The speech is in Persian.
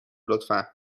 لطفا